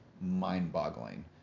mind-boggling